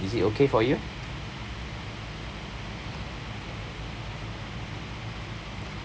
is it okay for you